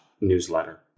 newsletter